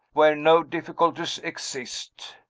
where no difficulties exist.